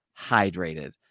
hydrated